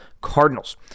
Cardinals